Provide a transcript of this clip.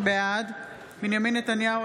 בעד בנימין נתניהו,